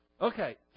Okay